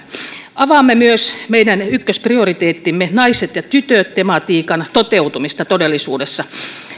avaamme myös meidän ykkösprioriteettimme naiset ja tytöt tematiikan toteutumista todellisuudessa